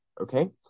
okay